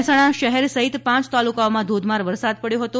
મહેસાણા શહેર સહિત પાંચ તાલુકામાં ધોધમાર વરસાદ પડ્યો હતો